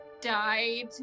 died